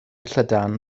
llydan